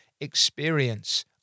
experience